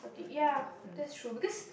ya that's true because